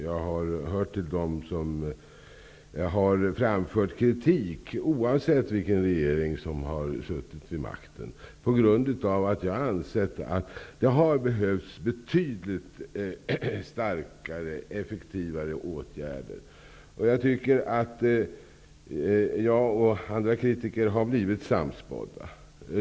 Jag hör till dem som har framfört kritik oavsett vilken regering som har suttit vid makten, eftersom jag har ansett att det har behövts betydligt starkare och effektivare åtgärder. Jag tycker också att jag och andra kritiker har blivit sannspådda.